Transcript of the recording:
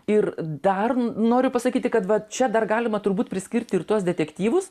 ir dar noriu pasakyti kad vat čia dar galima turbūt priskirti ir tuos detektyvus